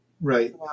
Right